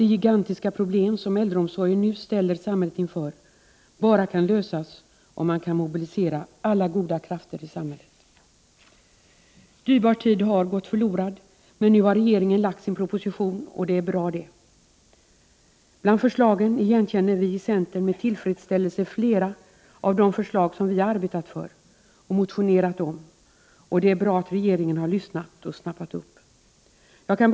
De gigantiska problem som äldreomsorgen nu ställer samhället inför kan bara lösas om man kan mobilisera alla goda krafter i samhället. Dyrbar tid har gått förlorad, men nu har regeringen lagt fram sin proposition, och det är bra. Bland förslagen igenkänner vi från centern flera 25 av de förslag som vi har arbetat för och motionerat om. Det är bra att regeringen har lyssnat och tagit till sig detta.